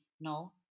no